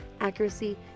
accuracy